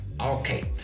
Okay